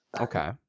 Okay